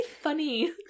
funny